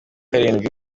karindwi